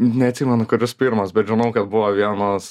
neatsimenu kuris pirmas bet žinau kad buvo vienas